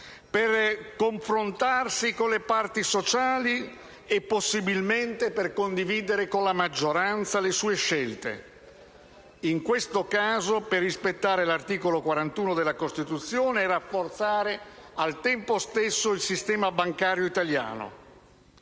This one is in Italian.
per confrontarsi con le parti sociali e, possibilmente, per condividere le sue scelte con la maggioranza e, in questo caso, per rispettare l'articolo 41 della Costituzione e rafforzare al tempo stesso il sistema bancario italiano.